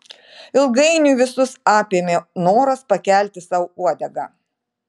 ilgainiui visus apėmė noras pakelti sau uodegą